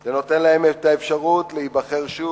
זה נותן לכם את האפשרות להיבחר שוב,